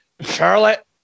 Charlotte